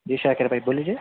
جی شاکر بھائی بول لیجیے